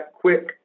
quick